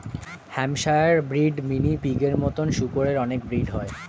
Hampshire breed, mini পিগের মতো শুকরের অনেক ব্রিড হয়